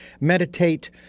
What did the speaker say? Meditate